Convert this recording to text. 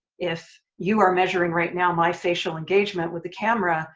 if you are measuring right now my facial engagement with the camera